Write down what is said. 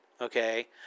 okay